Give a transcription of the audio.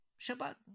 Shabbat